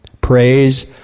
Praise